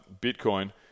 Bitcoin